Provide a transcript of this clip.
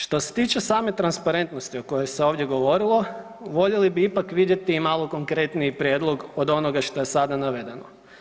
Što se tiče same transparentnosti o kojoj se ovdje govorilo voljeli bi ipak vidjeti i malo konkretniji prijedlog od onoga što je sada navedeno.